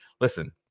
listen